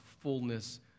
fullness